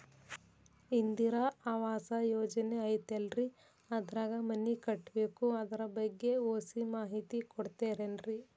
ಇಂದಿರಾ ಆವಾಸ ಯೋಜನೆ ಐತೇಲ್ರಿ ಅದ್ರಾಗ ಮನಿ ಕಟ್ಬೇಕು ಅದರ ಬಗ್ಗೆ ಒಸಿ ಮಾಹಿತಿ ಕೊಡ್ತೇರೆನ್ರಿ?